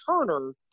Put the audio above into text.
Turner